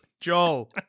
Joel